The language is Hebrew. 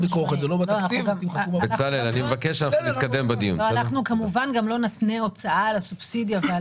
אנחנו לא נתנה את ההוצאה על הסובסידיה ועל